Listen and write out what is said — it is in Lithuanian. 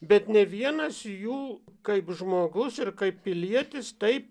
bet nė vienas jų kaip žmogus ir kaip pilietis taip